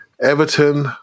Everton